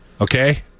Okay